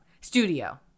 studio